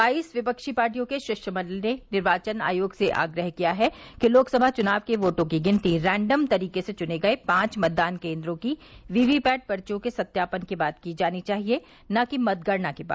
बाईस विपक्षी पार्टियों के शिष्टमंडल ने निर्वाचन आयोग से आग्रह किया है कि लोकसभा चुनाव के वोटों की गिनती रैन्डम तरीके से चने गये पांच मतदान केन्द्रों की वीवीपैट पर्वियों के सत्यापन के बाद की जानी चाहिए न कि मतगणना के बाद